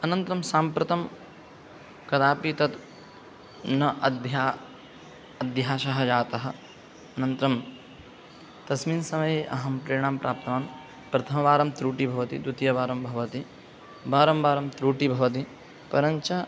अनन्तरं साम्प्रतं कदापि तत् न अभ्य अभ्यासः जातः अनन्तरं तस्मिन् समये अहं प्रेरणां प्राप्तवान् प्रथमवारं त्रुटि भवति द्वितीयवारं भवति वारं वारं त्रुटि भवति परञ्च